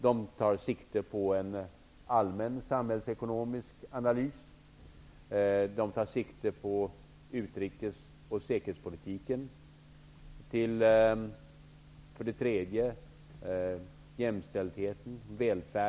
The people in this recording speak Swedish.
De tar sikte på en allmän samhällsekonomisk analys, utrikes och säkerhetspolitiken, välfärden och jämställdheten.